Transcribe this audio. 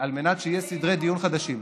על מנת שיהיו סדרי דיון חדשים.